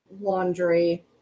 Laundry